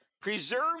Preserve